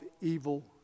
evil